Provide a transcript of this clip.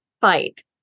fight